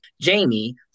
jamie